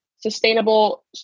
sustainable